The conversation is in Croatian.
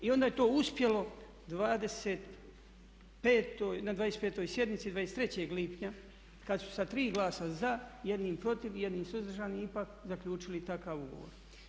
I onda je to uspjelo na 25. sjednici 23. lipnja kad su sa 3 glasa za, 1 protiv i 1 suzdržanim ipak zaključili takav ugovor.